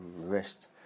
rest